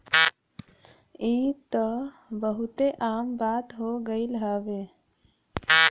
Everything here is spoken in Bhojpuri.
ई त बहुते आम बात हो गइल हउवे